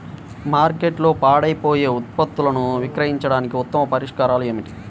మార్కెట్లో పాడైపోయే ఉత్పత్తులను విక్రయించడానికి ఉత్తమ పరిష్కారాలు ఏమిటి?